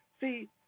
See